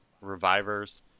revivers